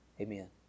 Amen